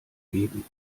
geben